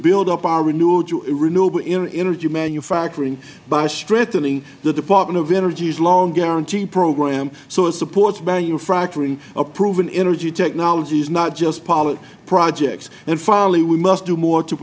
build up our renewable energy manufacturing by strengthening the department of energy's loan guarantee program so it supports manufacturing of proven energy technologies not just pilot projects and finally we must do more to